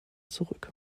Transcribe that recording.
zurück